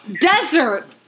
desert